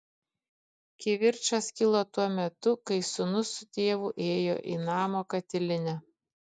kivirčas kilo tuo metu kai sūnus su tėvu ėjo į namo katilinę